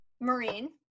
Marine